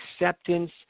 acceptance